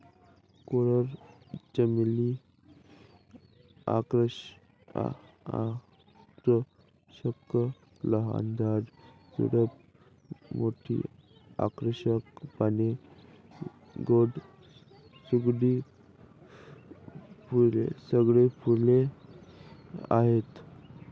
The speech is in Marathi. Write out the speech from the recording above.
कोरल चमेली आकर्षक लहान झाड, झुडूप, मोठी आकर्षक पाने, गोड सुगंधित फुले आहेत